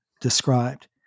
described